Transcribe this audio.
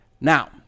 Now